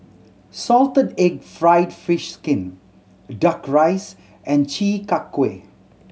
salted egg fried fish skin Duck Rice and Chi Kak Kuih